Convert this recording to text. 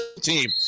team